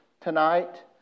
tonight